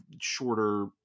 shorter